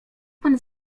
pan